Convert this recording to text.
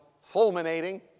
fulminating